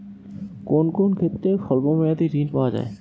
কোন কোন ক্ষেত্রে স্বল্প মেয়াদি ঋণ পাওয়া যায়?